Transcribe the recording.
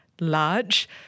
large